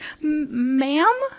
Ma'am